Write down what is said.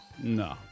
No